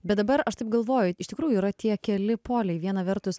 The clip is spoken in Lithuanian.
bet dabar aš taip galvoju iš tikrųjų yra tie keli poliai viena vertus